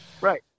Right